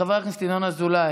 חבר הכנסת ינון אזולאי,